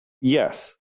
Yes